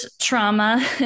trauma